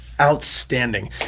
outstanding